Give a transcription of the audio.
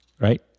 Right